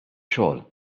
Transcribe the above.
xogħol